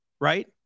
Right